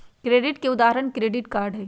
credit के उदाहरण credit card हई